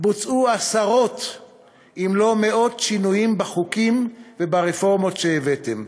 בוצעו עשרות אם לא מאות שינויים בחוקים וברפורמות שהבאתם,